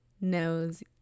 knows